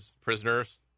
prisoners